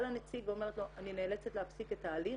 באה לנציג ואומרת לו "אני נאלצת להפסיק את ההליך"